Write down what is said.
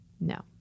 No